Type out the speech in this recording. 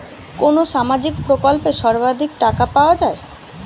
কোন সামাজিক প্রকল্পে সর্বাধিক টাকা পাওয়া য়ায়?